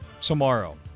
tomorrow